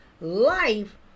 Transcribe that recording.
life